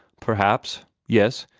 perhaps yes,